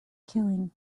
killing